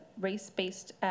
race-based